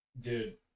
dude